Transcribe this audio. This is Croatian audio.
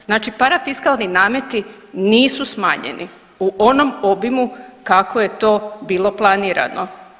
Znači para fiskalni nameti nisu smanjeni u onom obimu kako je to bilo planirano.